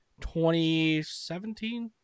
2017